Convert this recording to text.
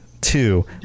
Two